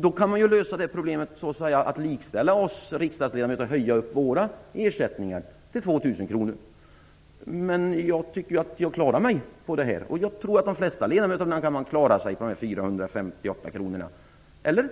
Då skulle man ju kunna lösa problemet genom att likställa oss med dem och höja våra ersättningar till 2 000 kr. Men jag tycker att jag klarar mig på 458 kr, och jag tror att de flesta ledamöter kan göra det.